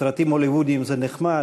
סרטים הוליוודיים זה נחמד,